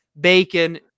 Bacon